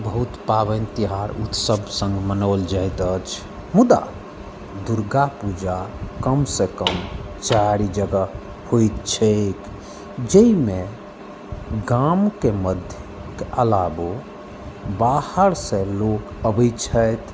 बहुत पावनि तिहार सभ उत्सव सङ्ग मनाओल जाइत अछि मुदा दुर्गा पूजा कमसँ कम चारि जगह होइ छैक जाहिमे गामके मध्यक अलावो बाहरसँ लोक अबै छथि